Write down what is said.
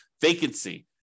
vacancy